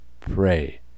pray